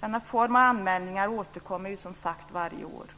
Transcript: Denna form av anmälningar återkommer som sagt varje år.